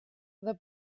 the